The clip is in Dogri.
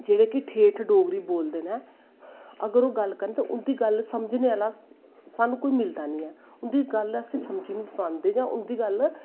जेह्ड़े कि ठेठ डोगरी बोलदे नै अगर ओह् गल्ल करन ते उंदी गल्ल समझनें आह्ला साह्नू कोई मिलदा नी ऐ उंदी गल्ल कोई समझी नी पांदे जां उंदी गल्ल